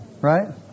Right